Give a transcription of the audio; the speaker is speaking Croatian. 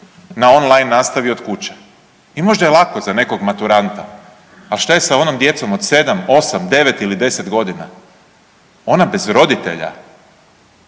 na online nastavi od kuće. I možda je lako za nekog maturanta, a šta je sa onom djecom od 7, 8, 9 ili 10 godina. Ona bez roditelja